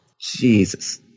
jesus